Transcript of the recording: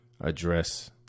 address